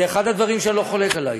זה אחד הדברים שבהם אני לא חולק עלייך.